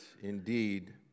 indeed